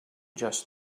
just